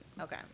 Okay